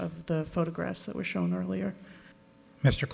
of the photographs that were shown earlier mr